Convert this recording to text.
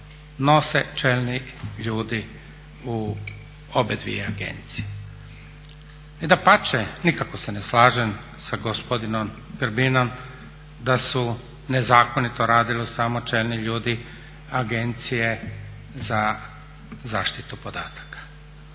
nose čelni ljudi u oba dvije agencije. I dapače, nikako se ne slažem sa gospodinom Grbinom da su nezakonito radili samo čelni ljudi Agencije za zaštitu podataka.